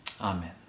Amen